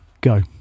go